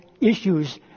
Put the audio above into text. issues